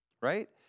right